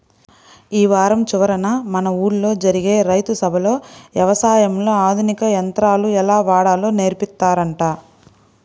యీ వారం చివరన మన ఊల్లో జరిగే రైతు సభలో యవసాయంలో ఆధునిక యంత్రాలు ఎలా వాడాలో నేర్పిత్తారంట